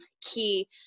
key